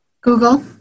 google